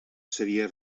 seria